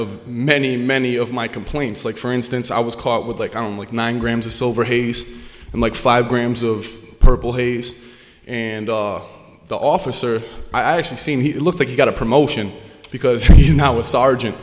of many many of my complaints like for instance i was caught with like i don't like nine grams of silver haze and like five grams of purple haze and awe the officer i actually seen he looked like he got a promotion because he's now a sergeant